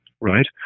right